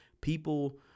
People